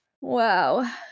Wow